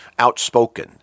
outspoken